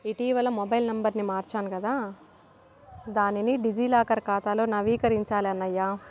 ఇటీవల మొబైల్ నెంబర్ని మార్చాను కదా దానిని డిజీ లాకర్ ఖాతాలో నవీకరించాలి అన్నయ్య